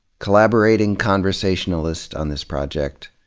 collaborating conversationalist on this project.